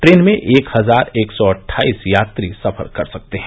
train में एक हजार एक सौ अट्ठाईस यात्री सफर कर सकते हैं